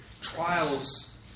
trials